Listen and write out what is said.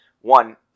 one